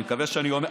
אני מקווה שאני אומר,